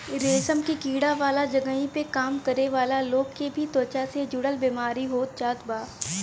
रेशम के कीड़ा वाला जगही पे काम करे वाला लोग के भी त्वचा से जुड़ल बेमारी हो जात बा